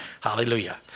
Hallelujah